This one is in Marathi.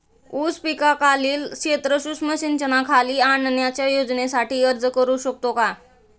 ऊस पिकाखालील क्षेत्र सूक्ष्म सिंचनाखाली आणण्याच्या योजनेसाठी अर्ज करू शकतो का?